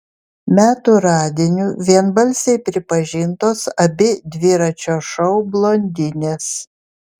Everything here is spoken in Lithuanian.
metų radiniu vienbalsiai pripažintos abi dviračio šou blondinės